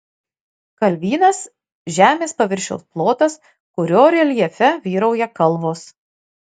kalvynas žemės paviršiaus plotas kurio reljefe vyrauja kalvos